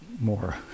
more